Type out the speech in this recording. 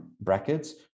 brackets